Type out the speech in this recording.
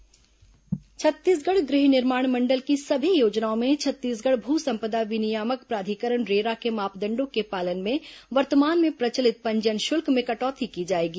गृह निर्माण मंडल निर्णय छत्तीसगढ़ गृह निर्माण मंडल की सभी योजनाओं में छत्तीसगढ़ भू संपदा विनियामक प्राधिकरण रेरा के मापदंडों के पालन में वर्तमान में प्रचलित पंजीयन शुल्क में कटौती की जाएगी